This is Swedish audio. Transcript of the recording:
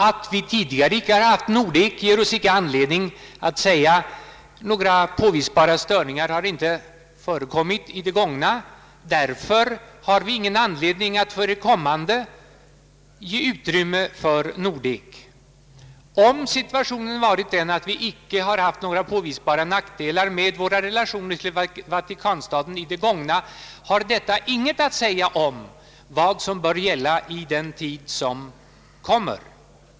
Att vi tidigare inte haft Nordek ger oss icke anledning att säga: Några påvisbara nackdelar härav har inte förekommit i det förflutna, och därför har vi ingen anledning att för det kommande ge utrymme för Nordek. Om situationen varit den att vi icke har haft några nackdelar med våra relationer till Vatikanstaten i det förflutna har detta ingen betydelse för vad som bör gälla för den tid som kommer.